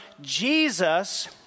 Jesus